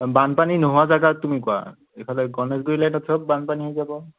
বানপানী নোহোৱা জেগা তুমি কোৱা এইফালে গণেশগুৰিলৈ তো চব বানপানী হৈ যাব